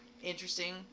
interesting